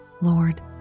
lord